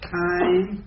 time